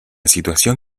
situación